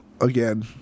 Again